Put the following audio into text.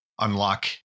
unlock